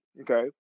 okay